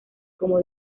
como